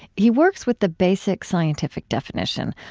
he works with the basic scientific definition,